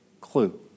clue